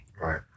Right